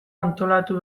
antolatu